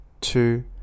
two